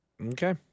Okay